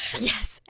Yes